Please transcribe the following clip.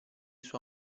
sua